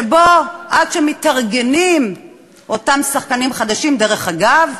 שבו, עד שמתארגנים אותם שחקנים חדשים, דרך אגב,